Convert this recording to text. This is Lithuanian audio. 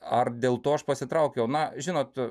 ar dėl to aš pasitraukiau na žinot